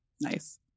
Nice